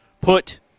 put –